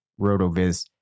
rotoviz